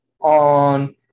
on